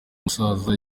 musaza